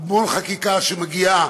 המון חקיקה, שמגיעה